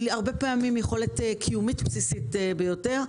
הרבה פעמים יכולת קיומית ובסיסית ביותר.